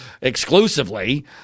exclusively